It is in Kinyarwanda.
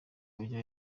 uburyo